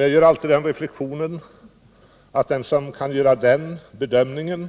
Jag gör alltid reflexionen att den människa, som kan göra en sådan bedömning